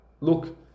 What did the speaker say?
look